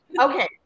okay